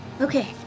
Okay